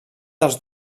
dels